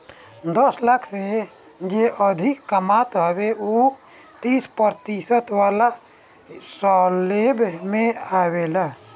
दस लाख से जे अधिका कमात हवे उ तीस प्रतिशत वाला स्लेब में आवेला